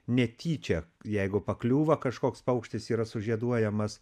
netyčia jeigu pakliūva kažkoks paukštis yra sužieduojamas